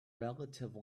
relative